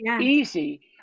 easy